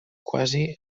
quasi